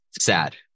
Sad